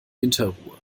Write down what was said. winterruhe